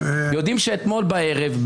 יודעים שאתמול בערב,